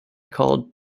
called